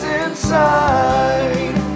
inside